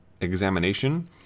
examination